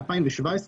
ב-2017,